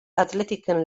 athleticen